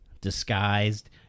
disguised